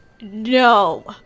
No